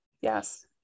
Yes